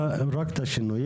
כמו שאמר תומר,